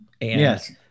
Yes